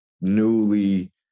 newly